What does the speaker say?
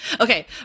okay